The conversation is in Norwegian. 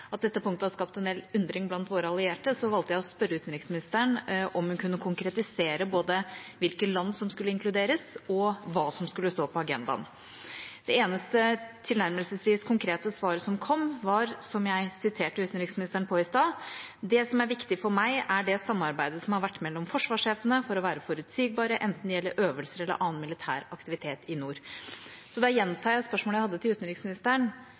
at dette punktet har skapt en del undring blant våre allierte, valgte jeg å spørre utenriksministeren om hun kunne konkretisere hvilke land som skulle inkluderes, og hva som skulle stå på agendaen. Det eneste tilnærmelsesvis konkrete svaret som kom, var, som jeg siterte utenriksministeren på i stad: «Men det som er viktig for meg, er det samarbeidet som har vært mellom forsvarssjefene, for å være forutsigbare, enten det gjelder øvelser eller annen militær aktivitet i nord.» Så da gjentar jeg spørsmålet jeg hadde til utenriksministeren: